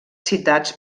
citats